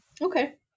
Okay